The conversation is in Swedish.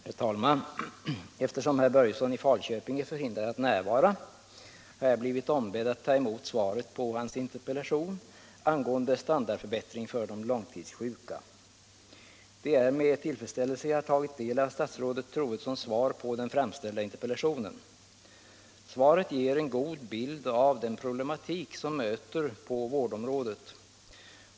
Herr talman! Eftersom herr Börjesson i Falköping är förhindrad att närvara har jag blivit ombedd att ta emot svaret på hans interpellation angående standardförbättring för de långtidssjuka. Det är med tillfredsställelse som jag har tagit del av statsrådet Troedssons svar på den framställda interpellationen. Svaret ger en god bild av den problematik som man möter på vårdområdet.